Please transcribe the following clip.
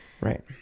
Right